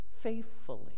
faithfully